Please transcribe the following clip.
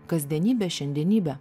kasdienybę šiandienybę